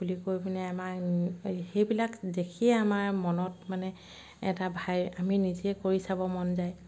বুলি কৈ পিনে আমাক সেইবিলাক দেখিয়ে আমাৰ মনত মানে এটা ভাই আমি নিজে কৰি চাব মন যায়